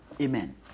Amen